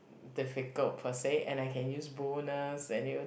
difficult per say and I can use bonus and you know